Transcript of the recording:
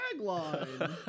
tagline